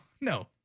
no